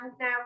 now